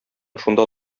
шунда